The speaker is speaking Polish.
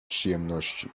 przyjemności